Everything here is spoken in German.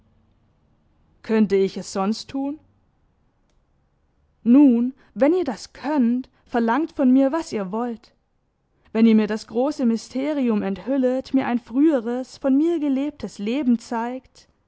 könnte ich es sonst tun nun wenn ihr das könnt verlangt von mir was ihr wollt wenn ihr mir das große mysterium enthüllet mir ein früheres von mir gelebtes leben zeigt